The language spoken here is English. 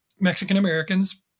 mexican-americans